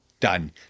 done